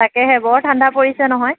তাকেহে বৰ ঠাণ্ডা পৰিছে নহয়